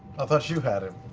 i thought you had him.